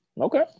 Okay